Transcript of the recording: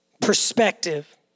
perspective